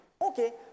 Okay